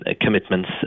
commitments